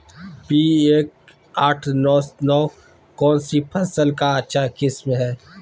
P एक आठ नौ नौ कौन सी फसल का अच्छा किस्म हैं?